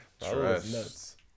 Trust